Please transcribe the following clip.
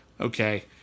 okay